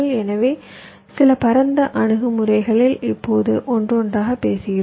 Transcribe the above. எனவே சில பரந்த அணுகுமுறைகளை இப்போது ஒவ்வொன்றாகப் பேசுகிறோம்